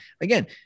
again